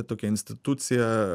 tokia institucija